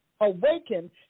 awaken